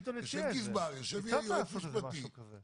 יש צורך לאזן בין יציבות הקופה והוודאות התקציבית